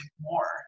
more